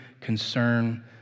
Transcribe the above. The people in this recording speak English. concern